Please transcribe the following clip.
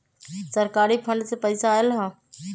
सरकारी फंड से पईसा आयल ह?